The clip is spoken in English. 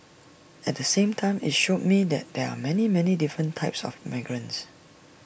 at the same time IT showed me that there are many many different types of migrants